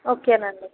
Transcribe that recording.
okay అండి